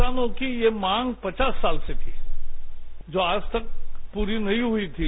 किसानों की यह मांग पवास साल से थी जो आज तक पूरी नहीं हुई थी